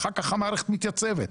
ואחר כך המערכת מתייצבת.